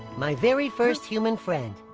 my very first human friend.